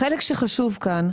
החלק שחשוב כאן,